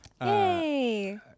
Yay